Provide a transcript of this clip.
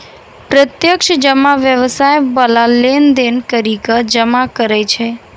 प्रत्यक्ष जमा व्यवसाय बाला लेन देन करि के जमा करै छै